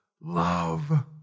love